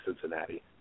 Cincinnati